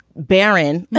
barren